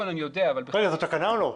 לא, אני יודע, אבל --- רגע, זו תקנה או לא?